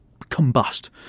combust